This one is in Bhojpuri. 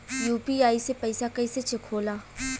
यू.पी.आई से पैसा कैसे चेक होला?